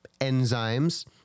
enzymes